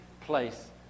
place